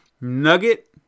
nugget